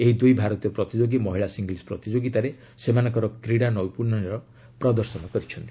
ଏହି ଦୂଇ ଭାରତୀୟ ପ୍ରତିଯୋଗୀ ମହିଳା ସିଙ୍ଗଲ୍ନ ପ୍ରତିଯୋଗୀତାରେ ସେମାନଙ୍କର କ୍ରୀଡ଼ା ନୈପୁଣ୍ୟର ପ୍ରଦର୍ଶନ କରିଛନ୍ତି